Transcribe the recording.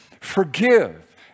forgive